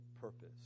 purpose